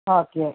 okay